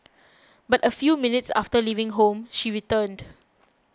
but a few minutes after leaving home she returned